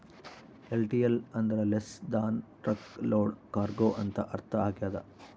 LTL ಅಂದ್ರ less than truck load cargo ಅಂತ ಅರ್ಥ ಆಗ್ಯದ